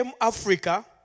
Africa